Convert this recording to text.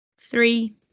Three